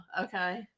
okay